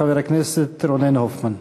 חבר הכנסת רונן הופמן.